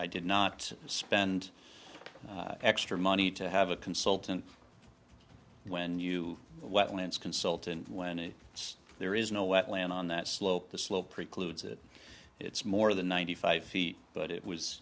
i did not spend extra money to have a consultant when you wetlands consult and when it's there is no wetland on that slope the slope precludes it it's more than ninety five feet but it was